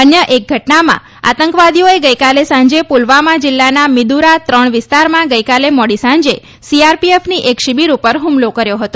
અન્ય એક ઘટનામાં આતંકવાદીઓએ ગઈકાલે સાંજે પુલવામા જીલ્લાના મિદ્દરા ત્રણ વિસ્તારમાં ગઈકાલે મોડી સાંજે સીઆરપીએફની એક શિબિર પર હુમલો કર્યો હતો